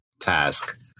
task